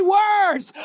words